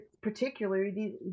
particularly